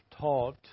taught